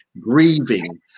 grieving